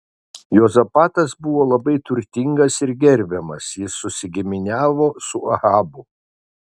juozapatas buvo labai turtingas ir gerbiamas jis susigiminiavo su ahabu